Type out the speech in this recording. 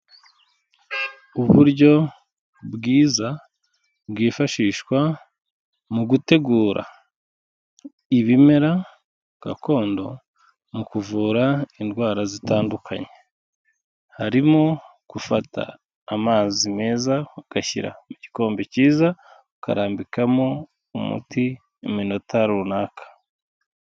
Uburyo bwiza bwifashishwa mu gutegura ibimera gakondo mu kuvura indwara zitandukanye, harimo gufata amazi meza ugashyira mu gikombe cyiza, ukarambikamo umuti mu minota runaka.